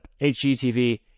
HGTV